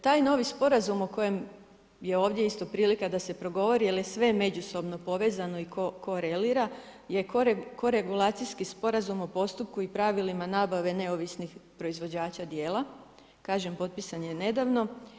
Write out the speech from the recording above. Taj novi sporazum o kojem je ovdje isto prilika da se progovori, jer je sve međusobno povezano i korelira je korelacijski sporazum o postupku i pravilima nabave neovisnih proizvođača dijela, kažem potpisan je nedavno.